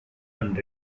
and